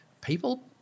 people